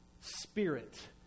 spirit